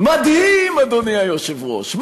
מדהים, אדוני היושב-ראש.